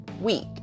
week